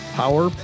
power